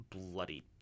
bloody